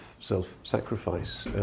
self-sacrifice